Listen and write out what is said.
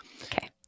Okay